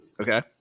Okay